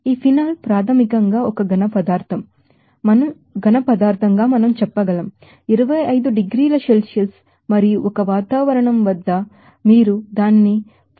ఈ ఫినాల్ ప్రాథమికంగా ఒక సాలిడ్ గాఘనపదార్థంగా మనం చెప్పగలం 25 డిగ్రీల సెల్సియస్ మరియు 1 వాతావరణం వద్ద మరియు మీరు దానిని 42